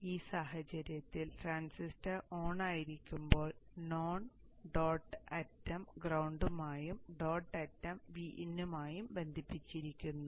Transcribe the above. ഇപ്പോൾ ഈ സാഹചര്യത്തിൽ ട്രാൻസിസ്റ്റർ ഓൺ ആയിരിക്കുമ്പോൾ നോൺ ഡോട്ട് അറ്റം ഗ്രൌണ്ടുമായും ഡോട്ട് അറ്റം Vin മായും ബന്ധിപ്പിച്ചിരിക്കുന്നു